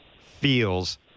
feels